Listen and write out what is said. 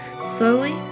Slowly